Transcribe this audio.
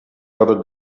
other